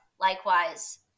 Likewise